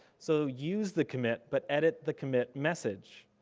so use the commit, but edit the commit message.